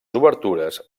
obertures